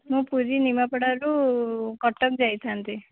ମୁଁ ପୁରୀ ନିମାପଡ଼ାରୁ କଟକ ଯାଇଥାନ୍ତି